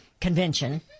convention